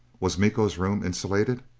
was miko's room insulated?